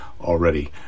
already